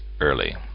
early